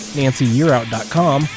nancyyearout.com